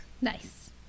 Nice